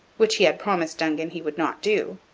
which he had promised dongan he would not do,